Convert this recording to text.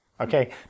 Okay